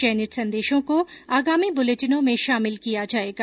चयनित संदेशों को आगामी बुलेटिनों में शामिल किया जाएगा